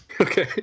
Okay